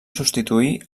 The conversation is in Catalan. substituir